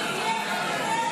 לא תהיה.